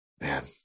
Man